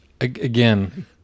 again